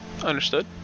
understood